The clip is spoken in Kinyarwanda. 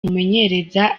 mumenyereza